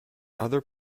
other